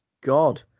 God